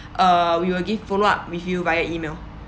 uh we will give follow up with you via E-mail